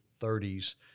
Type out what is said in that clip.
30s